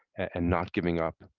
and not giving up,